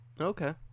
Okay